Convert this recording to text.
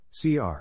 CR